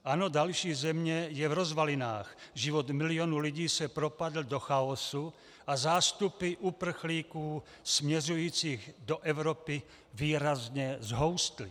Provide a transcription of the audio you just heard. Ano, další země je v rozvalinách, život milionů lidí se propadl do chaosu a zástupy uprchlíků směřujících do Evropy výrazně zhoustly.